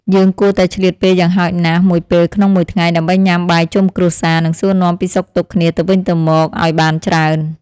យើងគួរតែឆ្លៀតពេលយ៉ាងហោចណាស់មួយពេលក្នុងមួយថ្ងៃ ដើម្បីញ៉ាំបាយជុំគ្រួសារ និងសួរនាំពីសុខទុក្ខគ្នាទៅវិញទៅមកឲ្យបានច្រើន។